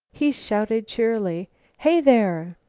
he shouted cheerily hey, there!